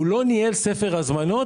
הוא לא ניהל ספר הזמנות.